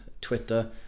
Twitter